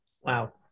Wow